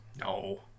No